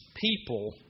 people